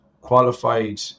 qualified